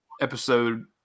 episode